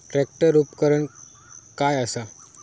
Tractor उपकरण काय असा?